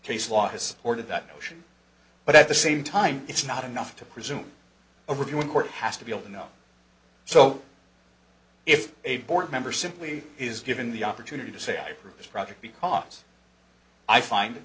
case law has supported that notion but at the same time it's not enough to presume overdue in court has to be able to know so if a board member simply is given the opportunity to say i approve this project because i find